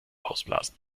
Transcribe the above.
ausblasen